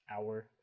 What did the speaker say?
hour